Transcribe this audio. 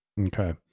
Okay